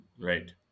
Right